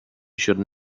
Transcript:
should